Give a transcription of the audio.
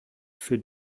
für